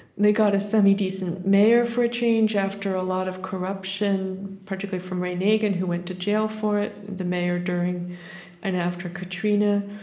they got a semi-decent mayor for a change, after a lot of corruption, particularly from ray nagin, who went to jail for it the mayor during and after katrina.